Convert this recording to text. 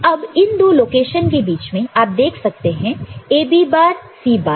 अब इन दो लोकेशन के बीच में आप देख सकते हैं A B bar C bar